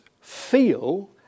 feel